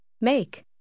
Make